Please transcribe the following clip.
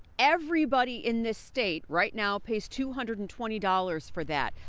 everybody in the state right now pays two hundred and twenty dollars for that.